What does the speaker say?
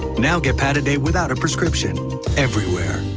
now get patted a without a prescription everyone.